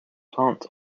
plant